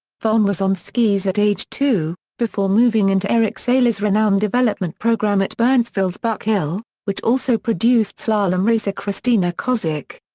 vonn was on skis at age two, before moving into erich sailer's renowned development program at burnsville's buck hill, which also produced slalom racer kristina koznick.